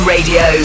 Radio